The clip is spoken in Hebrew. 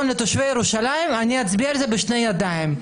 לתושבי ירושלים, אני אצביע על זה בשתי ידיים.